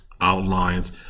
outlines